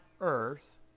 earth